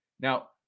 Now